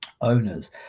owners